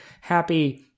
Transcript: happy